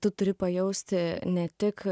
tu turi pajausti ne tik